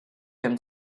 him